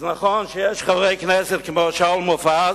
אז נכון שיש חברי כנסת כמו שאול מופז,